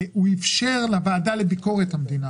אבל הוא איפשר גם לוועדה לביקורת המדינה